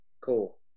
cool